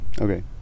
Okay